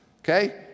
okay